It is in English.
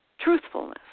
truthfulness